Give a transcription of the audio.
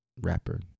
rapper